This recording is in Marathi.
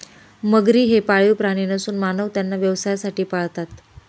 मगरी हे पाळीव प्राणी नसून मानव त्यांना व्यवसायासाठी पाळतात